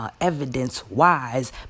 Evidence-wise